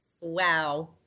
wow